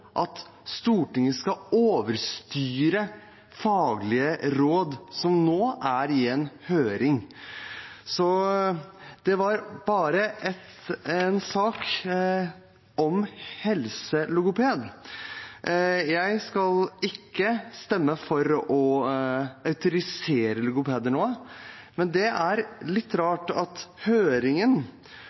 at Stortinget skal overstyre faglige råd som nå er på høring. Det er bare en sak om helselogoped: Jeg skal ikke stemme for å autorisere logopeder nå. Men det er litt rart at det på høringen